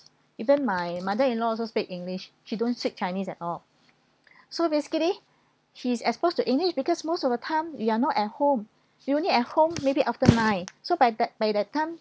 even my mother-in-law also speak english she don't speak chinese at all so basically he is exposed to english because most of the time we are not at home we only at home maybe after nine so by that by that time